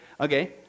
Okay